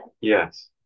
Yes